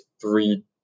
three